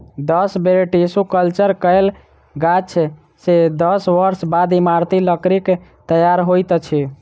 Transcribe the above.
दस बेर tissue culture कयल गाछ सॅ दस वर्ष बाद इमारती लकड़ीक तैयार होइत अछि